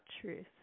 truth